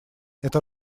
это